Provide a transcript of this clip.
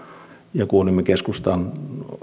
ja kuulimme keskustan